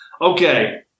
Okay